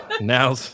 now